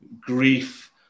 grief